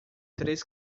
três